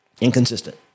Inconsistent